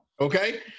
okay